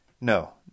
no